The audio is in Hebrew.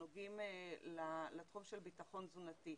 שנוגעים לתחום של ביטחון תזונתי.